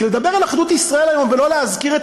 כי לדבר על אחדות ישראל היום ולא להזכיר את